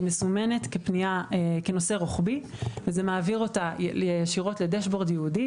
היא מסומנת כנושא רוחבי וזה מעביר ואתה ישירות לדש-בורד ייעודי